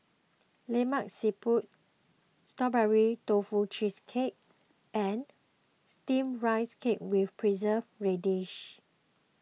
Lemak Siput Strawberry Tofu Cheesecake and Steamed Rice Cake with Preserved Radish